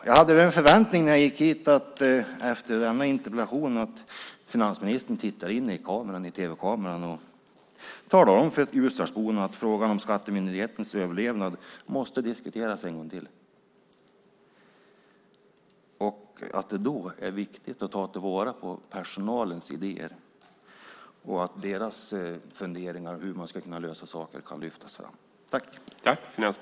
Jag hade en förväntning när jag gick hit att finansministern efter den här interpellationsdebatten tittar in i tv-kameran och talar om för Ljusdalsborna att frågan om skattemyndighetens överlevnad måste diskuteras en gång till och att det då är viktigt att ta till vara personalens idéer och att deras funderingar över hur man ska kunna lösa saker lyfts fram.